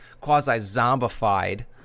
quasi-zombified